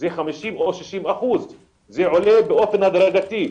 זה 50% או 60%. זה עולה באופן הדרגתי.